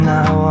Now